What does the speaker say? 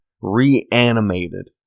reanimated